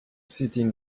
sitting